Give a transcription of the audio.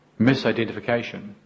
misidentification